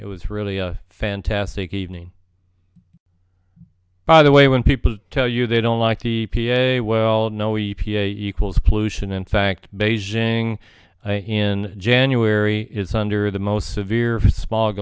it was really a fantastic evening by the way when people tell you they don't like e p a well no we pee equals pollution in fact beijing in january is under the most severe sm